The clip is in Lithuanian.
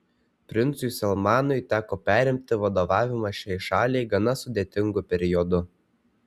princui salmanui teko perimti vadovavimą šiai šaliai gana sudėtingu periodu